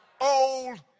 old